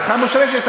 הלכה מושרשת,